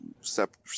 separate